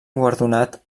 guardonat